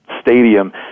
stadium